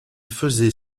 faisait